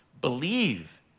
believe